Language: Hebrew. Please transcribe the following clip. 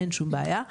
אין שום בעיה.